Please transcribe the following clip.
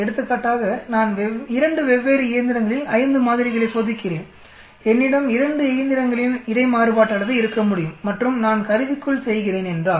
எடுத்துக்காட்டாக நான் 2 வெவ்வேறு இயந்திரங்களில் 5 மாதிரிகளை சோதிக்கிறேன்என்னிடம் 2 இயந்திரங்களின் இடை மாறுபாட்டு அளவை இருக்க முடியும் மற்றும் நான் கருவிக்குள் செய்கிறேன் என்றால்